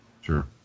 Sure